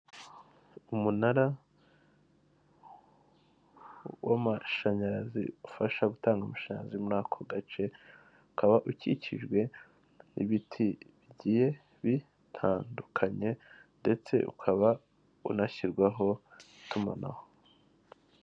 Umunara w'amashanyarazi, ufasha gutanga amashanyarazi muri ako gace. Ukaba ukikijwe n'ibiti bigiye bitandukanye, ndetse ukaba unashyirwaho itumanaho.